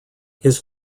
his